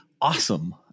awesome